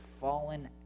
fallen